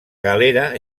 galera